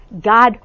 God